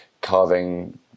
carving